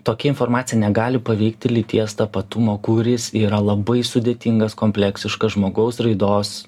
tokia informacija negali paveikti lyties tapatumo kuris yra labai sudėtingas kompleksiškas žmogaus raidos